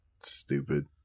stupid